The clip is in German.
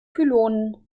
pylonen